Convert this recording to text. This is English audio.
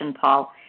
Paul